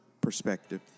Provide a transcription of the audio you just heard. perspective